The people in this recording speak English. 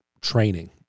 training